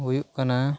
ᱦᱩᱭᱩᱜ ᱠᱟᱱᱟ